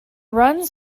runs